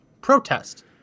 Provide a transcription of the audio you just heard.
protest